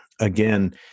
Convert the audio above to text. again